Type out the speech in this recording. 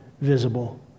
visible